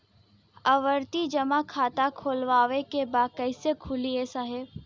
आवर्ती जमा खाता खोलवावे के बा कईसे खुली ए साहब?